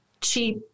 cheap